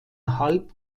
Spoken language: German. halb